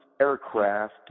Aircraft